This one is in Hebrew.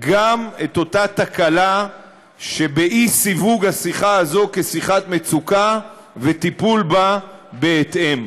גם את אותה תקלה שבאי-סיווג השיחה הזאת כשיחת מצוקה וטיפול בה בהתאם.